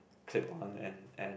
clip on and and